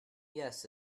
yes